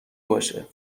باشه